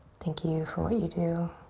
thank you for what you do.